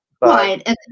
Right